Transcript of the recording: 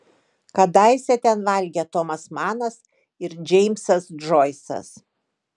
kadaise ten valgė tomas manas ir džeimsas džoisas